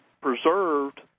preserved